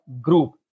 group